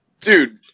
Dude